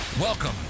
Welcome